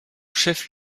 chef